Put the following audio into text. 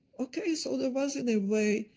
okay, so there was, in a way,